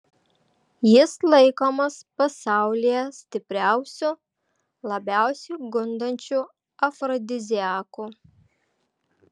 jis laikomas pasaulyje stipriausiu labiausiai gundančiu afrodiziaku